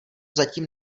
zatím